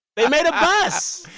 they made a bus.